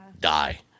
die